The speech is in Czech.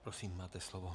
Prosím, máte slovo.